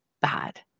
bad